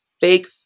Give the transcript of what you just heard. fake